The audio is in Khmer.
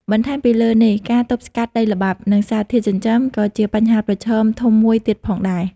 បន្ថែមពីលើនេះ ការទប់ស្កាត់ដីល្បាប់និងសារធាតុចិញ្ចឹម ក៏ជាបញ្ហាប្រឈមធំមួយទៀតផងដែរ។